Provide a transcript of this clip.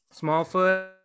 Smallfoot